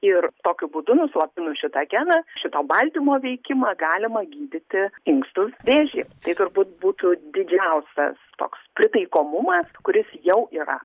ir tokiu būdu nuslopinus šitą geną šito baltymo veikimą galima gydyti inkstų vėžį tai turbūt būtų didžiausias toks pritaikomumas kuris jau yra